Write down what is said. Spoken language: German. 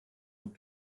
und